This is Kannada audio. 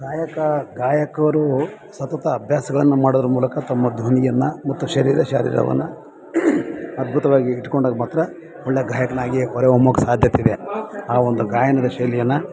ಗಾಯಕ ಗಾಯಕರು ಸತತ ಅಭ್ಯಾಸಗಳನ್ನು ಮಾಡೋದ್ರ ಮೂಲಕ ತಮ್ಮ ಧ್ವನಿಯನ್ನು ಮತ್ತು ಶರೀರ ಶಾರೀರವನ್ನು ಅದ್ಭುತವಾಗಿ ಇಟ್ಕೊಂಡಾಗೆ ಮಾತ್ರ ಒಳ್ಳೆ ಗಾಯಕನಾಗಿ ಹೊರ ಹೊಮ್ಮೋಕ್ಕೆ ಸಾಧ್ಯತೆ ಇದೆ ಆ ಒಂದು ಗಾಯನದ ಶೈಲಿಯನ್ನು